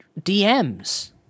DMs